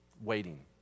waiting